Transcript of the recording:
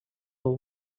will